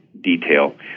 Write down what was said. detail